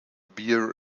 beer